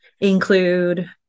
include